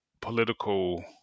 political